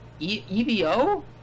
EVO